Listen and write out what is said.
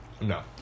No